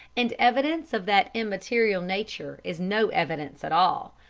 and evidence of that immaterial nature is no evidence at all.